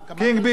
הפסוקים גמרתי.